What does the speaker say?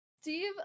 Steve